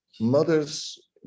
Mothers